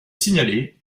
signaler